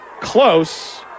close